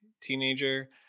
teenager